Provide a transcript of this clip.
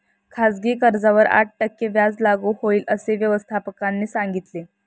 खाजगी कर्जावर आठ टक्के व्याज लागू होईल, असे व्यवस्थापकाने सांगितले